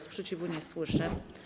Sprzeciwu nie słyszę.